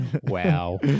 Wow